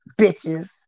Bitches